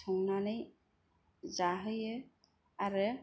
संनानै जाहोयो आरो